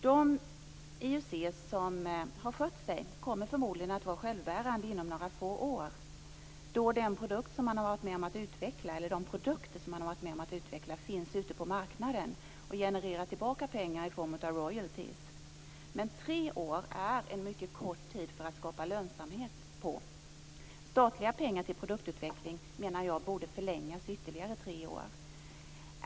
De IUC som har skött sig kommer förmodligen att vara självbärande inom några få år då de produkter som man varit med om att utveckla finns ute på marknaden och genererar tillbaka pengar i form av royalties. Men tre år är en mycket kort tid för att skapa lönsamhet. Tiden för statliga pengar till produktutveckling menar jag borde förlängas med ytterligare tre år.